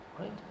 right